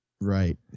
Right